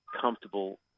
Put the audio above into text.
comfortable